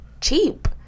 cheap